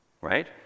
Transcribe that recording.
right